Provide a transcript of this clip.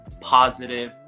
positive